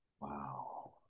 Wow